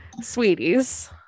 sweeties